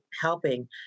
helping